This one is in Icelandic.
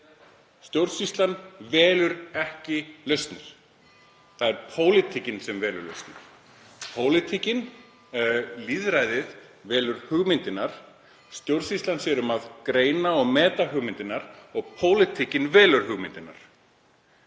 Stjórnsýslan velur ekki lausnir. Það er pólitíkin sem velur lausnir. Lýðræðið velur hugmyndirnar, stjórnsýslan sér um að greina og meta hugmyndirnar og pólitíkin velur hugmyndirnar.